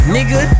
Nigga